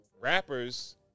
rappers